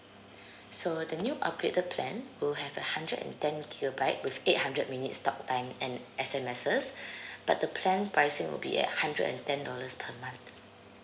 so the new upgraded plan will have a hundred and ten gigabytes with eight hundred minutes talk time and S_M_Ses but the plan pricing will be at hundred and ten dollars per month